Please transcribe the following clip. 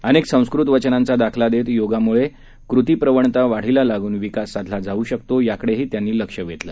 अनेक संस्कृत वचनांचा दाखला देत योगामुळे कृतीप्रवणता वाढीला लागून विकास साधला जाऊ शकतो याकडे त्यांनी लक्ष वेधलं